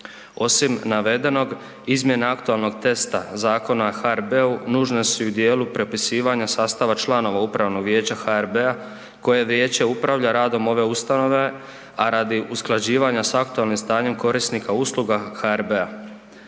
Osim navedenog, izmjene aktualnog testa Zakona o HRB-u nužne su i u dijelu prepisivanja sastava članova upravnog vijeća HRB-a koje vijeće upravlja radom ove ustanove, a radi usklađivanja s aktualnim stanjem korisnika usluga HRB-a.